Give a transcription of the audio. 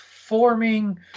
forming